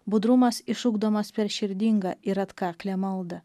budrumas išugdomas per širdingą ir atkaklią maldą